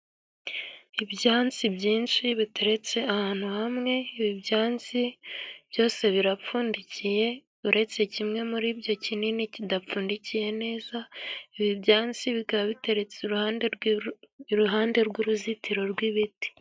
Ibyansi byinshi biteretse ahantu hamwe ,ibi byansi byose birapfundikiye ,uretse kimwe muri byo kinini kidapfundikiye neza ibi byansi bikaba biteretse iruhande iruhande rw'uruzitiro rw'ibiti.